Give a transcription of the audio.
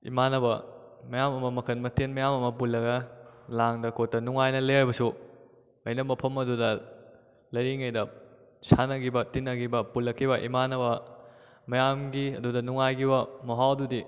ꯏꯃꯥꯟꯅꯕ ꯃꯌꯥꯝ ꯑꯃ ꯃꯈꯟ ꯃꯊꯦꯟ ꯃꯌꯥꯝ ꯑꯃ ꯄꯨꯜꯂꯒ ꯂꯥꯡꯗꯅ ꯈꯣꯠꯇꯅ ꯅꯨꯡꯉꯥꯏꯅ ꯂꯩꯔꯕꯁꯨ ꯑꯩꯅ ꯃꯐꯝ ꯑꯗꯨꯗ ꯂꯩꯔꯤꯉꯩꯗ ꯁꯥꯟꯅꯈꯤꯕ ꯇꯤꯟꯅꯈꯤꯕ ꯄꯨꯜꯂꯛꯈꯤꯕ ꯏꯃꯥꯟꯅꯕ ꯃꯌꯥꯝꯒꯤ ꯑꯗꯨꯗ ꯅꯨꯡꯉꯥꯏꯈꯤꯕ ꯃꯍꯥꯎ ꯑꯗꯨꯗꯤ